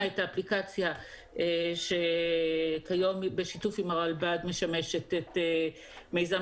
את האפליקציה שכיום בשיתוף עם הרלב"ד משמשת את מיזם